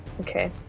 Okay